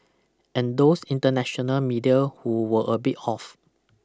and those international media who were a bit off